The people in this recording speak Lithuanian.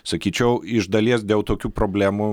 sakyčiau iš dalies dėl tokių problemų